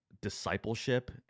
discipleship